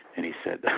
and he said,